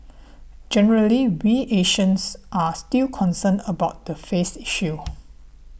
generally we Asians are still concerned about the 'face' issue